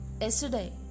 yesterday